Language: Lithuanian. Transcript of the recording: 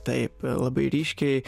taip labai ryškiai